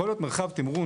יכול להיות מרחב תמרון,